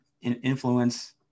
influence